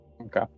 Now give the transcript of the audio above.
Okay